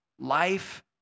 Life